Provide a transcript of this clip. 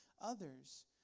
others